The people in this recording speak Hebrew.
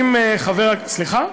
סליחה?